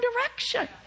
direction